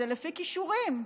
זה לפי כישורים,